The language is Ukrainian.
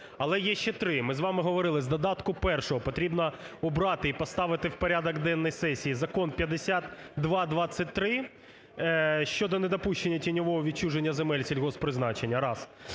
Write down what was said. Але є ще три, ми з вами говорили, з додатку першого потрібно убрати і поставити в порядок денний сесії Закон 5223 щодо недопущення тіньового відчуження земель сільгосппризначення. Раз.